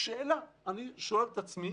זאת שאלה, ואני שואל את עצמי